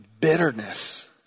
bitterness